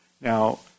now